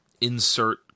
insert